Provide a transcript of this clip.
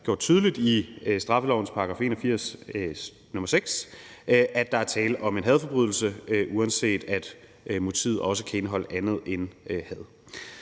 gjort tydeligt i straffelovens § 81, nr. 6, at der er tale om en hadforbrydelse, uanset at motivet også kan indeholde andet end had.